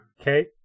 Okay